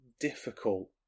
Difficult